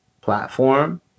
platform